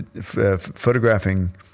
photographing